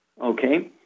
Okay